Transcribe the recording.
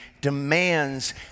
demands